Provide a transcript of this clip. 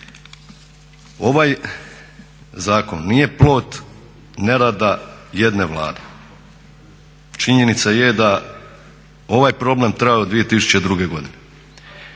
Ovaj zakon nije plod nerada jedne Vlade, činjenica je da ovaj problem traje od 2002.godine,